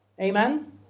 Amen